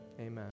Amen